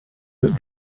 that